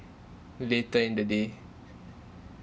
later in the day